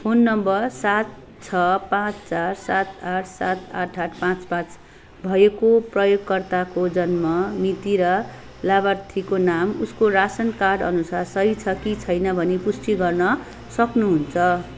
phone number सात छ पाँच चार सात आठ सात आठ आठ पाँच पाँच भएको प्रयोगकर्ताको जन्म मिति र लाभार्थीको नाम उसको रासन कार्ड अनुसार सही छ कि छैन भनी पुष्टि गर्न सक्नुहुन्छ